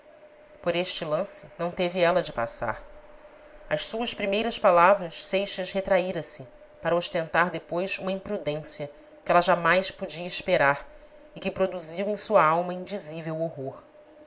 por este lance não teve ela de passar às suas primeiras palavras seixas retraíra se para ostentar depois uma imprudência que ela jamais podia esperar e que produziu em sua alma indizível horror